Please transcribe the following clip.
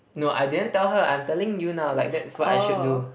no I didn't tell her I'm telling you now like that's what I should do